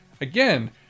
Again